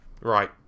Right